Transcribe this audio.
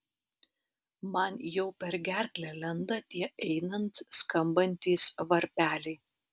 man jau per gerklę lenda tie einant skambantys varpeliai